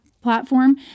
platform